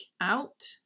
out